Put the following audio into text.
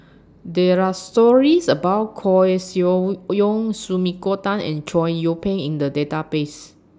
There Are stories about Koeh Sia Yong Sumiko Tan and Chow Yian Ping in The Database